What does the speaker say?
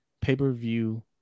pay-per-view